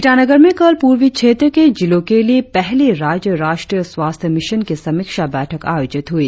ईटानगर में कल पूर्वी क्षेत्र के जिलों के लिए पहली राज्य राष्ट्रीय स्वास्थ्य मिशन की समीक्षा बैठक आयोजित हुई